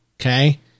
Okay